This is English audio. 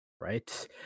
Right